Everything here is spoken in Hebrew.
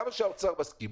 כמה שהאוצר מסכים.